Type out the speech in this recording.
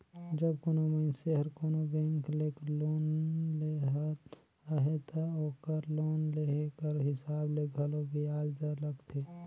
जब कोनो मइनसे हर कोनो बेंक ले लोन लेहत अहे ता ओकर लोन लेहे कर हिसाब ले घलो बियाज दर लगथे